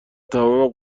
تمام